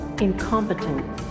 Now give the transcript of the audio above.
Incompetent